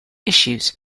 issues